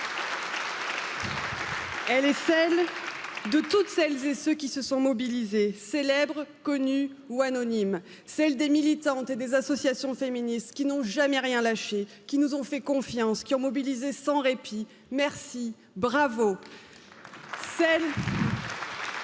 elle est celle de toutes celles et ceux qui se sont mobilisées célèbres connues ou anonymes, celles des militantes et des associations féministes qui n'ont jamais rien lâché, qui nous ont fait confiance, qui ont mobilisées sans répit. Merci, Bravo